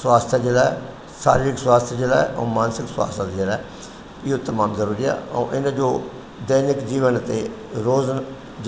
स्वास्थ जे लाए सारीरिक स्वास्थ जे लाए अऊं मानसिक स्वास्थ जे लाए इहो तमाम जरूरी आ अऊं इन जो दैनिक जीवन ते रोज़